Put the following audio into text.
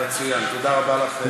מצוין, תודה רבה לך,